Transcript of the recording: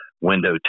window